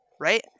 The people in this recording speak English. right